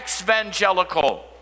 evangelical